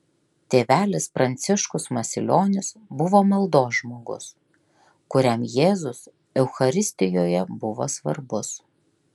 tėvelis pranciškus masilionis buvo maldos žmogus kuriam jėzus eucharistijoje buvo svarbus